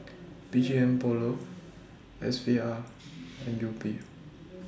B G M Polo S V R and Yupi